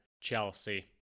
Chelsea